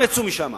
כולם יצאו משם,